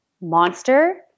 monster